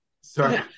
Sorry